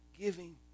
giving